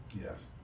Yes